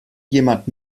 jemand